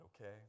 okay